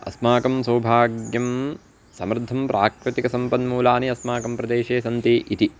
अस्माकं सौभाग्यं समर्धं प्राकृतिकसम्पन्मूलानि अस्माकं प्रदेशे सन्ति इति